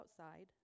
outside